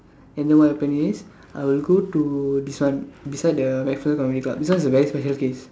and then what happen is I will go to this one beside the MacPherson Community Club this one is a very special case